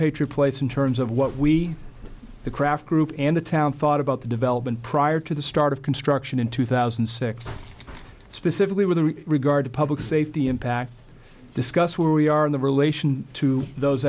patriot place in terms of what we the craft group and the town thought about the development prior to the start of construction in two thousand and six specifically with regard to public safety impact discuss where we are in the relation to those